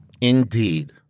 Indeed